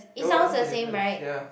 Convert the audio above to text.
ya what what what's the difference ya